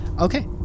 Okay